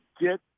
get